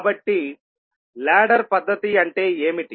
కాబట్టి లాడర్ పద్ధతి అంటే ఏమిటి